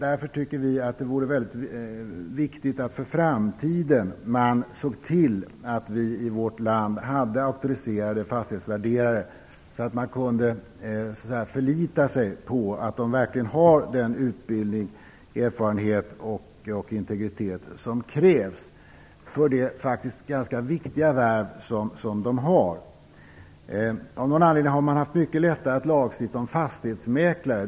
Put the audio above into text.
Därför tycker vi att det vore väldigt viktigt att man för framtiden såg till att vi i vårt land hade auktoriserade fastighetsvärderare, så att man kunde förlita sig på att de verkligen har den utbildning, erfarenhet och integritet som krävs för detta faktiskt ganska viktiga värv. Av någon anledning har man haft mycket lättare att lagstifta om fastighetsmäklare.